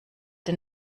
den